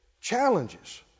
challenges